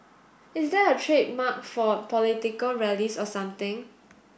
is that her trademark for political rallies or something